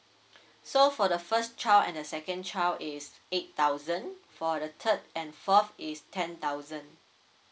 so for the first child and the second child it's eight thousand for the third and fourth it's ten thousand